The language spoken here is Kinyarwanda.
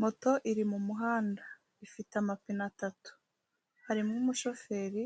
Moto iri mu muhanda ifite amapine atatu, harimo umushoferi